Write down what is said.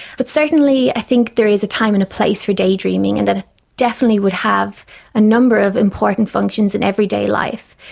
but certainly i think there is a time and a place for daydreaming and that it definitely would have a number of important functions in everyday life.